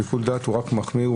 שיקול דעת הוא רק מחמיר.